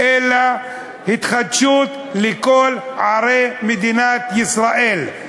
אלא תהיה התחדשות לכל ערי מדינת ישראל.